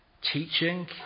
teaching